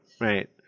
Right